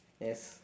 yes